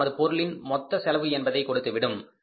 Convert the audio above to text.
அது நமது பொருளின் மொத்த செலவு என்பதை கொடுத்துவிடும்